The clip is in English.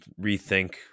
rethink